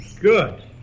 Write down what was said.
good